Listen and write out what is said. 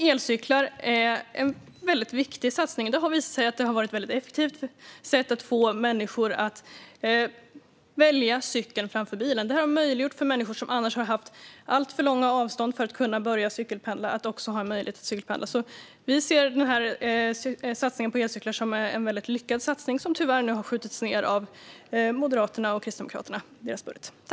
Elcyklar är en viktig satsning. Det har visat sig vara ett effektivt sätt att få människor att välja cykeln framför bilen. Det har gett människor som annars har alltför långa avstånd för att kunna cykelpendla möjlighet att börja cykelpendla. Vi ser alltså satsningen på elcyklar som en väldigt lyckad satsning - som nu tyvärr har skjutits ned av Moderaterna och Kristdemokraterna i deras budget.